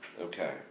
Okay